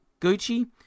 Gucci